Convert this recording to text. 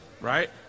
right